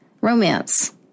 Romance